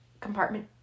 compartment